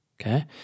Okay